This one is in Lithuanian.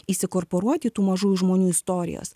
įsikorporuot į tų mažų žmonių istorijas